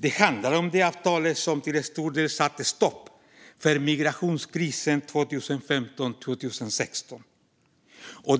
Det handlar om det avtal som till stor del satte stopp för migrationskrisen 2015/2016.